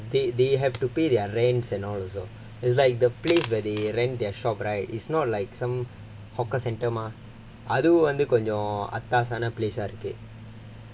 and the ambiance because they they have to pay their rents and all also it's like the place where they rent their shop right is not like some hawker centre mah அதுவும் வந்து கொஞ்சம்:adhuvum vandhu konjam place ah இருக்கு:irukku